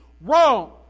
wrong